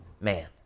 man